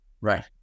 Right